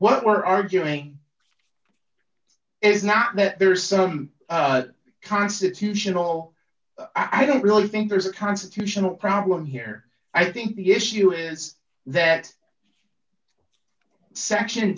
what we're arguing is not that there is some constitutional i don't really think there's a constitutional problem here i think the issue is that section